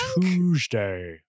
Tuesday